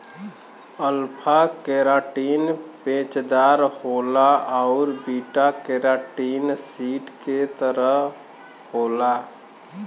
alpha keratin पेचदार होला आउर बीटा केराटिन सीट के तरह क होला